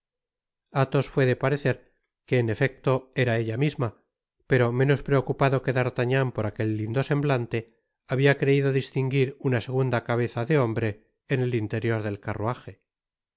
fué de parecer que en efecto era elta misma pero menos preocupado que d'artagnan por aquel lindo semblante habia creido distinguir una segunda cabeza de hombre en el interior del carruaje